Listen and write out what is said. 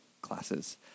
classes